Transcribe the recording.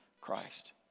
Christ